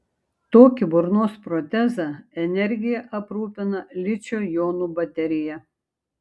tokį burnos protezą energija aprūpina ličio jonų baterija